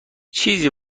چیزی